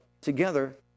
together